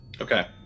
okay